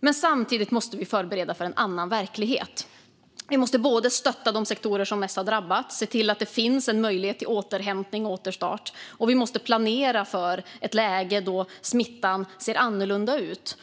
Men samtidigt måste vi förbereda för en annan verklighet. Vi måste både stötta de sektorer som har drabbats mest och se till att det finns en möjlighet till återhämtning och återstart. Vi måste planera för ett läge då smittan ser annorlunda ut.